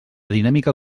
dinàmica